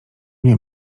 nie